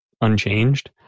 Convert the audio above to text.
unchanged